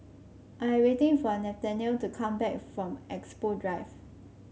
I am waiting for Nathanael to come back from Expo Drive